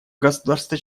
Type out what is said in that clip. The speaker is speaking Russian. государства